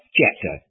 chapter